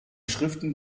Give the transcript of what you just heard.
schriften